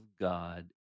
God